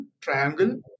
triangle